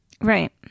Right